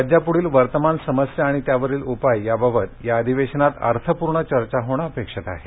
राज्याप्ढील वर्तमान समस्या आणि त्यावरील उपाय याबाबत या अधिवेशनात अर्थपूर्ण चर्चा होणं अपेक्षित आहे